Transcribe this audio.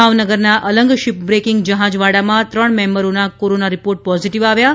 ભાવનગરના Alang ship breaking જહાજવાડામાં ત્રણ મેમ્બરોનાં કોરોના રીપોર્ટ પોઝીટીવ આવ્યા છે